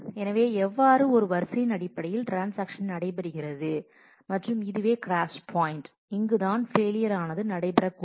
எனவே எவ்வாறு ஒரு வரிசையின் அடிப்படையில் ட்ரான்ஸாக்ஷன்ஸ் நடைபெறுகிறது மற்றும் இதுவே கிராஷ் பாயின்ட் இங்குதான் ஃபெயிலியர் ஆனது நடைபெறக் கூடும்